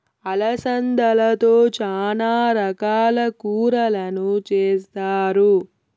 అలసందలతో చానా రకాల కూరలను చేస్తారు